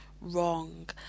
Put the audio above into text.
wrong